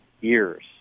years